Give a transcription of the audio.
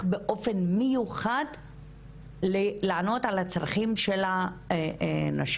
באופן מיוחד לענות על הצרכים של הנשים.